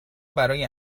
برای